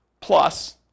Plus